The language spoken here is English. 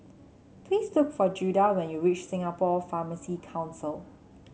please look for Judah when you reach Singapore Pharmacy Council